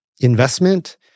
investment